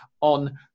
on